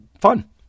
fun